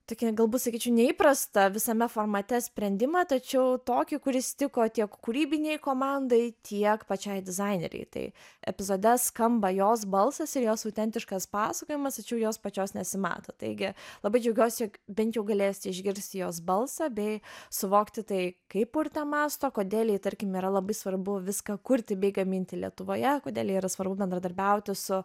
tokį galbūt sakyčiau neįprastą visame formate sprendimą tačiau tokį kuris tiko tiek kūrybinei komandai tiek pačiai dizainerei tai epizode skamba jos balsas ir jos autentiškas pasakojimas tačiau jos pačios nesimato taigi labai džiaugiuosi jog bent jau galėsite išgirsti jos balsą bei suvokti tai kaip urtė mąsto kodėl jai tarkim yra labai svarbu viską kurti bei gaminti lietuvoje kodėl jai yra svarbu bendradarbiauti su